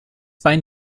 bein